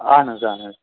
اَہَن حظ اَہَن حظ